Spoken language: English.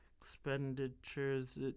expenditures